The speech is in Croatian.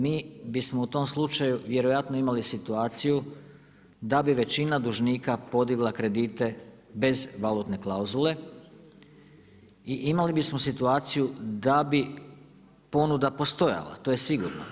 Mi bismo u tom slučaju vjerojatno imali situaciju da bi većina dužnika podigla kredite bez valutne klauzule i imali bismo situaciju da bi ponuda postojala, to je sigurno.